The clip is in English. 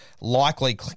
likely